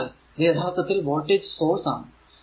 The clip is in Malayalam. അതിനാൽ ഇത് യഥാർത്ഥത്തിൽ വോൾടേജ് സോഴ്സ് ആണ്